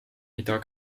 mida